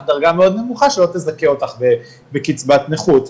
דרגה מאוד נמוכה שלא תזכה אותך בקצבת נכות,